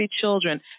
children